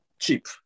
cheap